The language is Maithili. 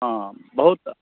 हँ बहुत